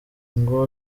ngo